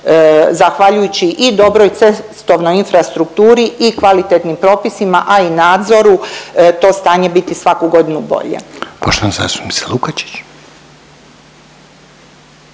zahvaljujući i dobroj cestovnoj infrastrukturi i kvalitetnim propisima, a i nadzoru to stanje biti svaku godinu bolje. **Reiner, Željko